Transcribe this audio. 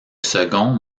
second